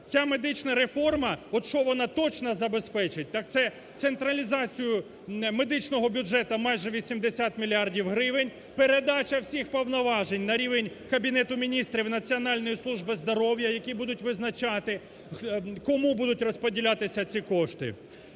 Ця медична реформа, от що вона точно забезпечить, так це централізацію медичного бюджету – майже 80 мільярдів гривень, передача всіх повноважень на рівень Кабінету Міністрів і Національної служби здоров'я, які будуть визначати, кому будуть розподілятися ці кошти.